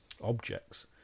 objects